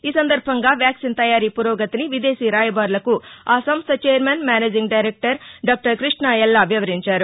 ఈ సందర్భంగా వ్యాక్సిన్ తయారీ పురోగతిని విదేశీ రాయబారులకు ఆ సంస్ధ chairman managing director doctor Krishna Ella వివరించారు